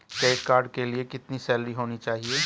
Credit card के लिए कितनी सैलरी होनी चाहिए?